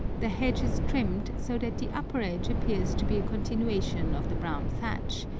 the hedge is trimmed so that the upper edge appears to be a continuation of the brown thatch,